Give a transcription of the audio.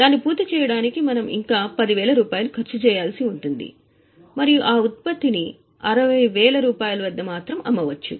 దాన్ని పూర్తి చేయడానికి మనం ఇంకా 10000 రూపాయలు ఖర్చు చేయాల్సి ఉంటుంది మరియు ఆ ఉత్పత్తిని 60000 వద్ద అమ్మవచ్చు